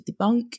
debunk